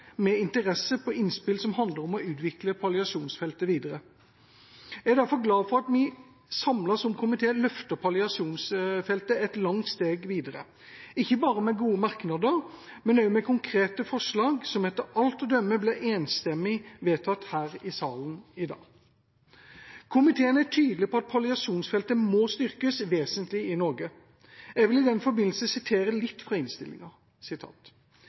med interesse til innspill som handler om å utvikle palliasjonsfeltet videre. Jeg er derfor glad for at vi som komité samlet løfter palliasjonsfeltet et langt steg videre, ikke bare med gode merknader, men også med konkrete forslag som etter alt å dømme blir enstemmig vedtatt her i salen i dag. Komiteen er tydelig på at palliasjonfeltet må styrkes vesentlig i Norge. Jeg vil i den forbindelse sitere litt fra